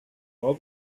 all